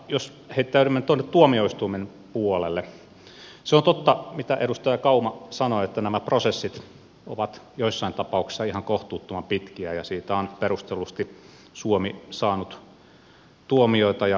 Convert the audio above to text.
jos heittäydymme tuonne tuomioistuimen puolelle se on totta mitä edustaja kauma sanoi että nämä prosessit ovat joissain tapauksissa ihan kohtuuttoman pitkiä ja siitä on perustellusti suomi saanut tuomioita ja huomautuksia